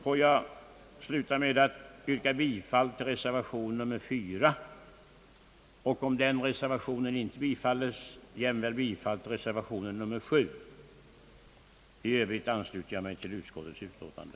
Låt mig sluta med att yrka bifall till reservation nr 4 och, om den reservationen inte bifalles, jämväl bifall till reservation nr 7. I övrigt ansluter jag mig till utskottets utlåtande.